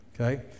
okay